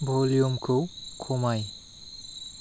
भलियुमखौ खमाय